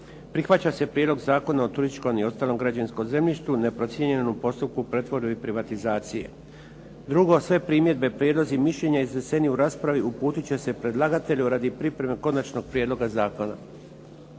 prihvaća se Prijedlog Zakona o turističkom i ostalom građevinskom zemljištu neprocijenjenom u postupku pretvorbe i privatizacije. Drugo, sve primjedbe, prijedlozi i mišljenja izneseni u raspravi uputit će se predlagatelju radi pripreme konačnog prijedloga zakona.